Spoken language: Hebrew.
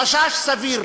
חשש סביר.